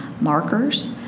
markers